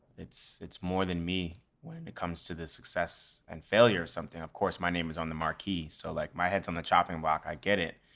it's it's more than me when it comes to the success and failure of something. of course, my name is on the marquee, so like my head is on the chopping block i get it.